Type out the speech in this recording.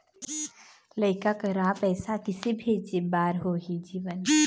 लइका करा पैसा किसे भेजे बार होही जीवन